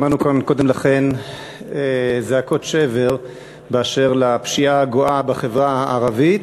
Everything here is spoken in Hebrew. שמענו כאן קודם לכן זעקות שבר באשר לפשיעה הגואה בחברה הערבית,